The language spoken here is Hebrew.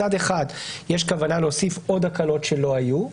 מצד אחד יש כוונה להוסיף עוד הקלות שלא היו,